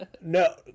No